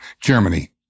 Germany